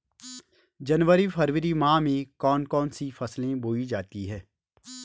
जनवरी फरवरी माह में कौन कौन सी फसलें बोई जाती हैं?